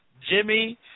Jimmy